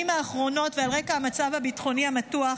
בשנים האחרונות ועל רקע המצב הביטחוני המתוח,